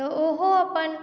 तऽ ओहो अपन